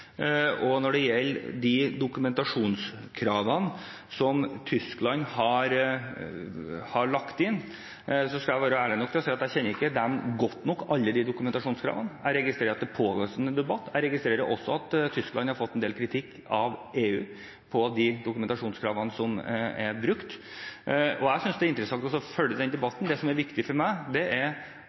Når det gjelder de dokumentasjonskravene som Tyskland har, skal jeg være ærlig nok til å si at jeg ikke kjenner alle dem godt nok. Jeg registrerer at det pågår en debatt. Jeg registrerer også at Tyskland har fått en del kritikk fra EU for de dokumentasjonskravene som er brukt. Jeg synes det er interessant å følge den debatten. Det som er viktig for meg, er å sørge for at vi får gode regler, som det er